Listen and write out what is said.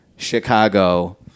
chicago